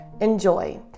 Enjoy